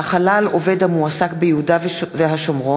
החלה על עובד המועסק ביהודה והשומרון),